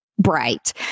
bright